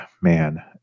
Man